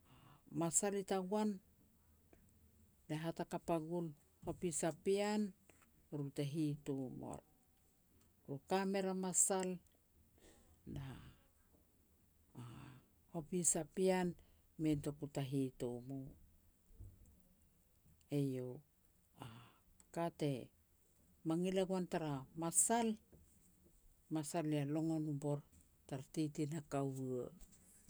Masal i tagoan, lia hat hakap a gul, hopis a pean, eru te hitom or. Ru ka mer a masal, na a-a hopis a pean mei notoku ta hitom u. Eiau, a ka mangil e goan tara masal, masal ya longon u bor tara titi na kaua.